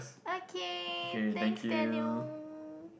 okay thanks Daniel